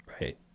right